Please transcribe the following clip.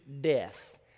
death